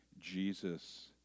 Jesus